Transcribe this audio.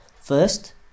First